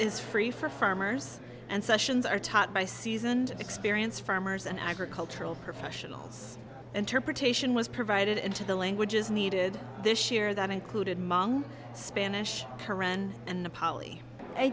is free for farmers and sessions are taught by seasoned experience farmers and i get cultural professionals interpretation was provided into the languages needed this year that included mung spanish qur'an and